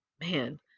Man